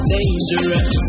Dangerous